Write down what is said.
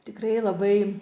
tikrai labai